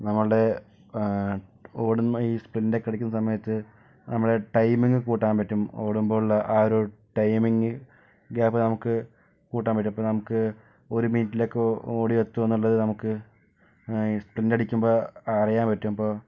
നമ്മളുടെ ഓടുന്ന ഈ സ്പ്രിംൻ്റെക്കെ അടിക്കുന്ന സമയത്ത് നമ്മളുടെ ടൈമിംഗ് കൂട്ടാൻ പറ്റും ഓടുമ്പോഴുള്ള ആ ഒരു ടൈമിംഗ് ഗ്യാപ്പ് നമുക്ക് കൂട്ടാൻ പറ്റും ഇപ്പോൾ നമുക്ക് ഒരു മിനിറ്റിൽ ഒക്കെ ഓടിയെത്തുക എന്നുള്ളത് നമുക്ക് സ്പ്രിന്റ് അടിക്കുമ്പോൾ അറിയാൻ പറ്റും ഇപ്പോൾ